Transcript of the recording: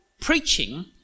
preaching